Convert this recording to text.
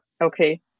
okay